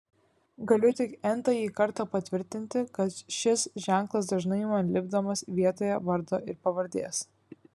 galiu tik n tąjį kartą patvirtinti kad šis ženklas dažnai man lipdomas vietoje vardo ir pavardės